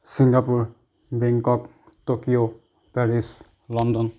Singapore Bangkok Tokyo Paris London